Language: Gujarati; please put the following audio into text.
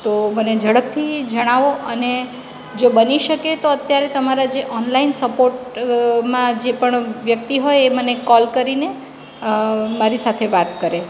તો મને ઝડપથી જણાવો અને જો બની શકે તો અત્યારે તમારા જે ઓનલાઈન સપોટ માં જે પણ વ્યક્તિ હોય એ મને કોલ કરીને મારી સાથે વાત કરે